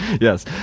yes